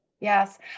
yes